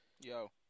Yo